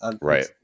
Right